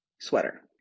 sweater